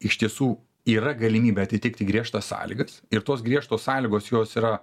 iš tiesų yra galimybė atitikti griežtas sąlygas ir tos griežtos sąlygos jos yra